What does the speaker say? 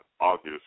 August